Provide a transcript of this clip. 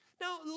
Now